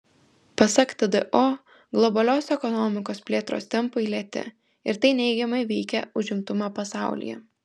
pasak tdo globalios ekonomikos plėtros tempai lėti ir tai neigiamai veikia užimtumą pasaulyje